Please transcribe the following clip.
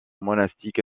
monastique